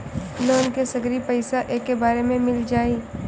Loan के सगरी पइसा एके बेर में मिल जाई?